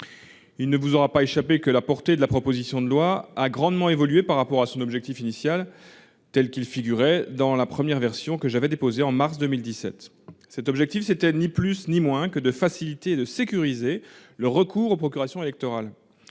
Il ne vous aura pas échappé que la portée de la présente proposition de loi a grandement évolué par rapport à son objectif initial, tel qu'il était exprimé dans la première version de ce texte, que j'avais déposé en mars 2017. Cet objectif n'était ni plus ni moins que de faciliter et de sécuriser le recours aux procurations électorales.